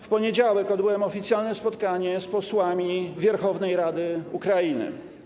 W poniedziałek odbyłem oficjalne spotkanie z posłami Werchownej Rady Ukrainy.